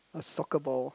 a soccer ball